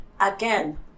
Again